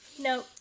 no